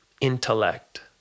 intellect